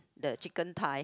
the chicken thigh